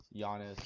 Giannis